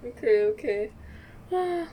okay okay !wah!